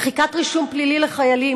מחיקת רישום פלילי לחיילים,